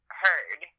heard